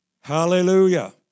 Hallelujah